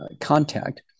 contact